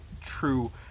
true